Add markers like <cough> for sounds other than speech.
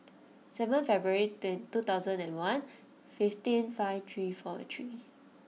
seven February <hesitation> two thousand and one fifteen five three four three